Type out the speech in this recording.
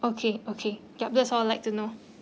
okay okay yup that's all I like to know